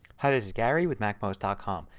hi this is gary with macmost ah com.